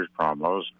promos